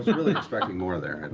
really expecting more there. and